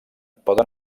poden